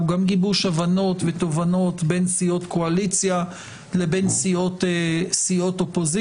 והיא גם גיבוש הבנות ותובנות בין סיעות קואליציה לבין סיעות אופוזיציה,